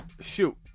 shoot